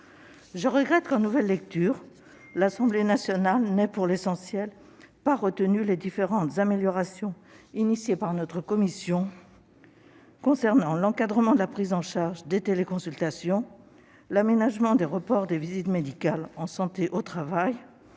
je regrette que, en nouvelle lecture, l'Assemblée nationale n'ait, pour l'essentiel, pas retenu les différentes améliorations proposées par notre commission concernant l'encadrement de la prise en charge des téléconsultations, l'aménagement des reports des visites médicales en santé au travail